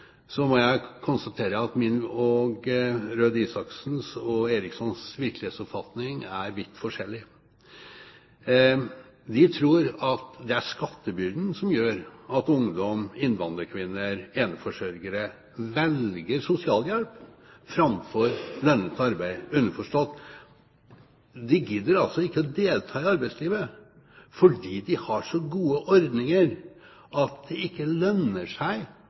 må jeg konstatere at jeg, Røe Isaksen og Eriksson har en vidt forskjellig virkelighetsoppfatning. De tror at det er skattebyrden som gjør at ungdom, innvandrerkvinner og eneforsørgere velger sosialhjelp framfor lønnet arbeid, underforstått at de ikke gidder å delta i arbeidslivet fordi de har så gode ordninger at det ikke lønner seg